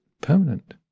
permanent